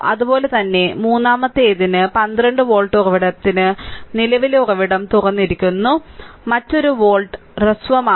അതുപോലെ തന്നെ മൂന്നാമത്തേതിന് 12 വോൾട്ട് ഉറവിടത്തിനും നിലവിലെ ഉറവിടം തുറന്നിരിക്കുന്നു മറ്റൊരു വോൾട്ട് ഹ്രസ്വമാണ്